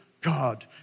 God